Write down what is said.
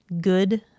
good